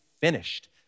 finished